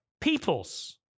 peoples